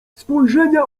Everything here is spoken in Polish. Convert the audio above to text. spojrzenia